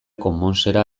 commonsera